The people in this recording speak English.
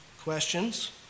Questions